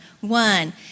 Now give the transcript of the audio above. one